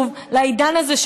העידן הזה,